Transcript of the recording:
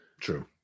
True